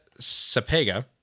Sapega